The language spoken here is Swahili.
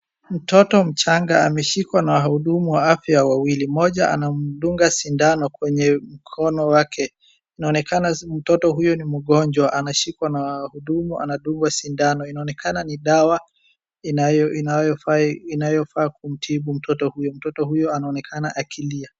Mtoto mchanga ameshikwa na wahudumu wa afya wawili. Mmoja anamdunga sindano kwenye mkono wake. Inaonekana mtoto huyu ni mgonjwa, anashikwa na wahudumu anadungwa sindano. Inaonekana ni dawa inayofaa kumtibu mtoto huyo. Mtoto huyo anaonekana akilia.